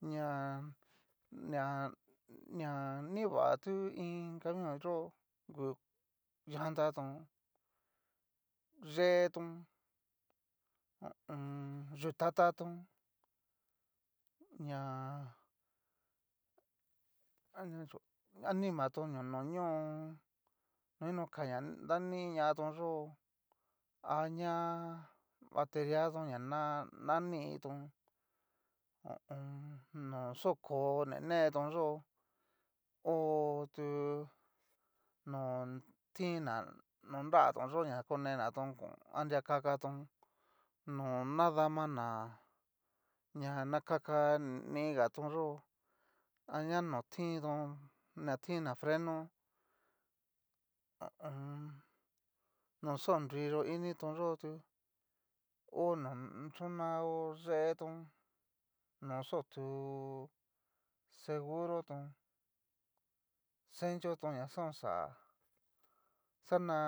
Ña ña nrivtu iin camion yó ngu, llanta tón yeeton ho o on. yutata tón ña anria kachó animatón no noño, no inoka na dani ñatón yó aña bateriaton na ña nanitón ho o on. no xaoko ni netónyo ho tu no tin'na no nraton yó ña, na konetaton kon anria kakatón, no ñadana na nakaka nigatón aña notiton na tina freno ho o on. no xa o nruiyo initon yó tu, o no xonao yeetón, no xa otu seguro tón encho tón na xauxa xana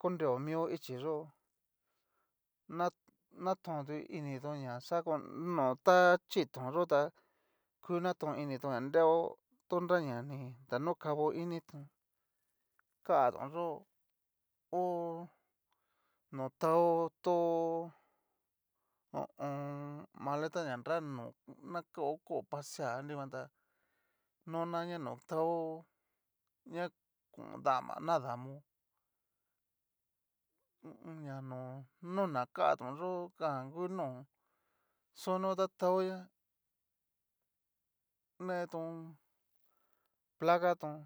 konreo mio ichí yo'o na natontu initón ña xa coreo no ta chitonyota, ku naton initon nreo to nra na ni danokavo initon, katon yó ho no tao tó ho o on. maleta ña nra nó nakao kó pasea anriguan tá nana ña no tao ña dama nadamo hu u un, ña no nona katón yo jan ngu no xonao ta taoña neton placa ton.